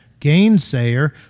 gainsayer